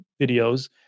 videos